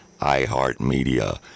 iHeartMedia